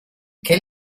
quel